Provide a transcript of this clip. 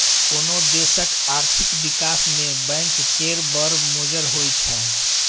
कोनो देशक आर्थिक बिकास मे बैंक केर बड़ मोजर होइ छै